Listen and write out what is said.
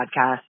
podcast